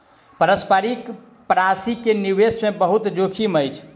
पारस्परिक प्राशि के निवेश मे बहुत जोखिम अछि